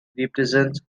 represents